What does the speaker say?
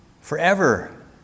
Forever